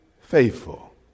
faithful